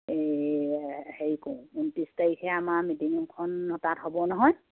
এই হেৰি কৰো ঊনত্ৰিছ তাৰিখে আমাৰ মিটিং এখনো তাত হ'ব নহয়